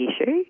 issue